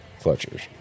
Fletcher's